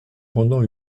pendant